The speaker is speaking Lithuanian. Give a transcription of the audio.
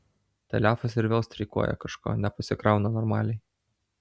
telefas ir vėl streikuoja kažko nepasikrauna normaliai